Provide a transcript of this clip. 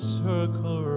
circle